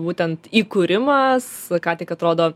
būtent įkūrimas ką tik atrodo